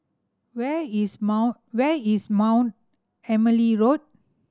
where is Mount where is Mount Emily Road